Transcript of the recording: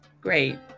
great